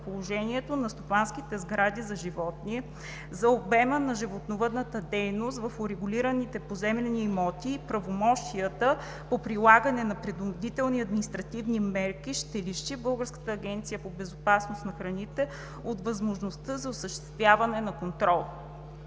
на стопанските сгради за животни, за обема на животновъдната дейност в урегулираните поземлени имоти и правомощията по прилагане на принудителни административни мерки, ще лиши Българската агенция по безопасност на храните от възможността да осъществява контрол.